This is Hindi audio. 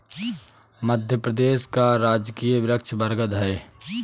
मध्य प्रदेश का राजकीय वृक्ष बरगद है